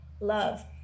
love